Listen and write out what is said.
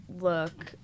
look